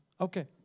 Okay